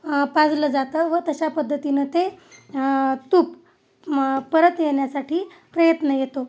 पाजलं जातं व तशा पद्धतीनं ते तूप परत येण्यासाठी प्रयत्न येतो